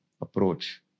approach